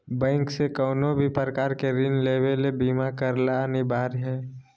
bank से कउनो भी प्रकार के ऋण लेवे ले बीमा करला अनिवार्य हय